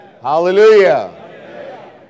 Hallelujah